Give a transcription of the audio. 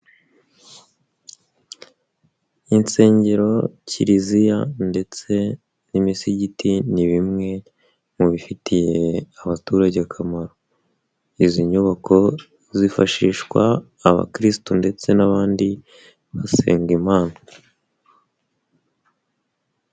Insengero, kiliziya ndetse n'imisigiti, ni bimwe mu bifitiye abaturage akamaro. Izi nyubako zifashishwa abakirisito ndetse n'abandi basenga Imana.